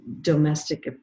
domestic